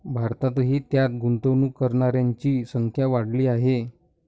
भारतातही त्यात गुंतवणूक करणाऱ्यांची संख्या वाढली आहे